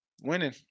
winning